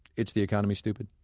it's the economy, stupid?